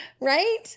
right